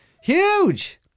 huge